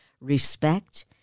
Respect